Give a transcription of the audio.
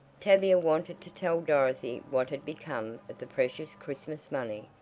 tavia wanted to tell dorothy what had become of the precious christmas money.